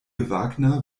wagner